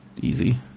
easy